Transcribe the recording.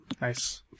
Nice